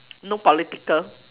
no political